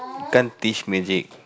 can't teach music